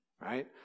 Right